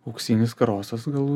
auksinis karosas gal